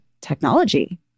technology